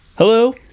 Hello